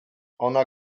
ona